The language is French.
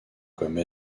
comme